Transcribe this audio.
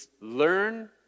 learn